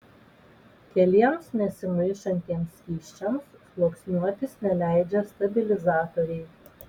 keliems nesimaišantiems skysčiams sluoksniuotis neleidžia stabilizatoriai